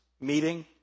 meeting